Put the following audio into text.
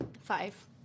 Five